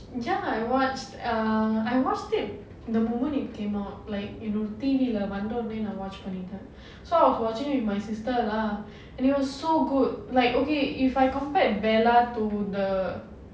ya I watched uh I watched it the moment it came out like you know T_V leh வந்தவுடனே நா:vanthavudanae naa watch பண்ணிட்டேன்:pannittaen so I was watching with my sister lah and it was so good like okay if I compared bella to the